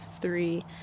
three